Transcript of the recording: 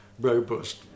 robust